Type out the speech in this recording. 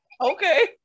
okay